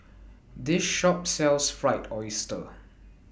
This Shop sells Fried Oyster